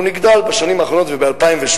אנחנו נגדל בשנים הבאות,